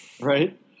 Right